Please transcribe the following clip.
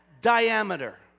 diameter